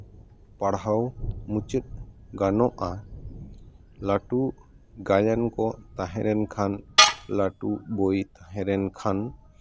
ᱯᱟᱲᱦᱟᱣ ᱢᱩᱪᱟᱹᱫ ᱜᱟᱱᱚᱜᱼᱟ ᱞᱟᱹᱴᱩ ᱜᱟᱭᱟᱱ ᱠᱚ ᱛᱟᱦᱮᱸ ᱞᱮᱱᱠᱷᱟᱱ ᱞᱟᱹᱴᱩ ᱵᱳᱭ ᱛᱟᱦᱮᱸ ᱞᱮᱱᱠᱷᱟᱱ